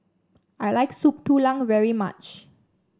I like Soup Tulang very much